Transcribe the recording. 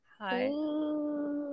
Hi